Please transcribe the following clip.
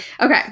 Okay